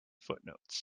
footnotes